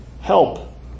help